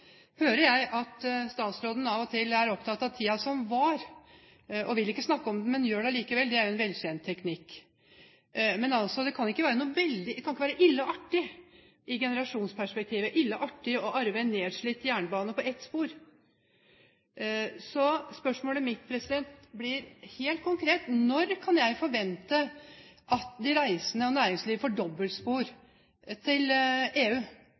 hører jeg at statsråden av og til er opptatt av tiden som var. Hun vil ikke snakke om den, men gjør det allikevel – det er jo en velkjent teknikk. Men det kan ikke være ille artig – i generasjonsperspektivet – å arve en nedslitt jernbane på ett spor! Så spørsmålet mitt blir helt konkret: Når kan jeg forvente at de reisende og næringslivet får dobbeltspor til EU,